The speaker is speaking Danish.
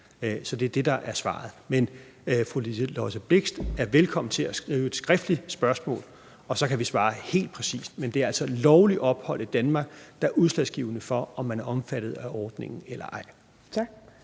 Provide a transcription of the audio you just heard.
Så det er det, der er svaret, men fru Liselott Blixt er velkommen til at stille et skriftligt spørgsmål, og så kan vi svare helt præcist. Men det er altså lovligt ophold i Danmark, der er udslagsgivende for, om man er omfattet af ordningen eller ej. Kl.